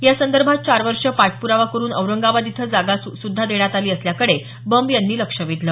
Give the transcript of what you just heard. या संदर्भात चार वर्ष पाठप्रावा करून औरंगाबाद इथं जागा सुद्धा देण्यात आली असल्याकडे बंब यांनी लक्ष वेधलं